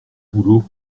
boulot